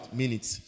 minutes